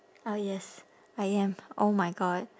oh yes I am oh my god